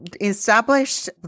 established